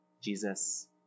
Jesus